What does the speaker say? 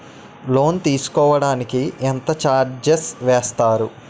Loan తీసుకోడానికి ఎంత charges వేస్తారు?